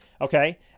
okay